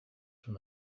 from